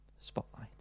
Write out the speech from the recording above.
Spotlight